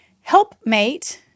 helpmate